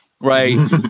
Right